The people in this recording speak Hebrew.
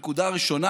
הנקודה הראשונה,